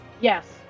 Yes